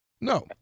No